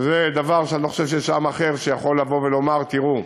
וזה דבר שאני לא חושב שיש עם אחר שיכול לבוא ולומר: תראו,